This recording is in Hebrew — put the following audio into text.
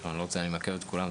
מעכב את כולם.